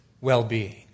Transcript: well-being